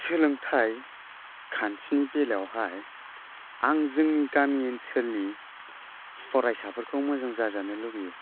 सोलोंथाय खान्थिनि बेलायावहाय आं जोंनि गामि ओनसोलनि फरायसाफोरखौ मोजां जाजानो लुबैयो